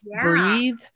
breathe